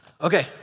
Okay